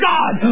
God